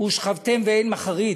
ושכבתם ואין מחריד".